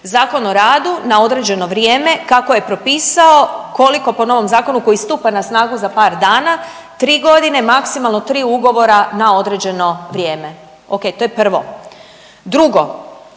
Zakon o radu na određeno vrijeme kako je propisao, koliko po novom zakonu koji stupa na snagu za par dana, tri godine, maksimalno tri ugovora na određeno vrijeme. O.k. To je prvo. Drugo,